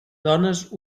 dones